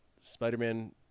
Spider-Man –